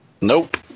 Nope